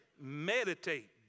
meditate